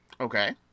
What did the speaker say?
Okay